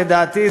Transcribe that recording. לדעתי,